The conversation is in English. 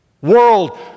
World